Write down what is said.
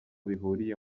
bihuriye